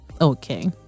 okay